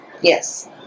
Yes